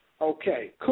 Okay